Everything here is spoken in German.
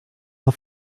auf